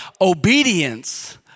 Obedience